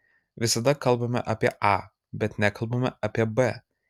visada kalbame apie a bet nekalbame apie b